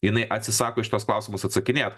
jinai atsisako į šituos klausimus atsakinėt